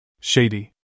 Shady